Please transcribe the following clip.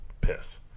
piss